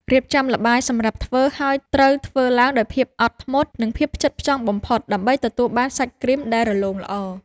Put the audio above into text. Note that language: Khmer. រៀបចំល្បាយសម្រាប់ធ្វើ ហើយត្រូវធ្វើឡើងដោយភាពអត់ធ្មត់ និងភាពផ្ចិតផ្ចង់បំផុតដើម្បីទទួលបានសាច់គ្រីមដែលរលោងល្អ។